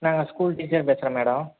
நாங்கள் school teacher பேசுகிறன் madam